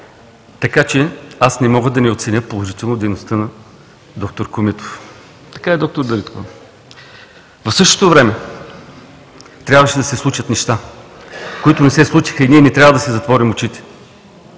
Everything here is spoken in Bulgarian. Така че аз не мога да не оценя положително дейността на д р Комитов. (Реплики.) Така е, доктор Дариткова. В същото време трябваше да се случат неща, които не се случиха и ние не трябва да си затворим очите.